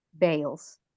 bales